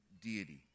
deity